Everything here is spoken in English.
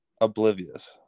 oblivious